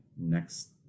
next